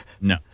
No